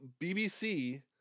bbc